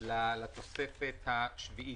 לתוספת השביעית,